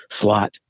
slot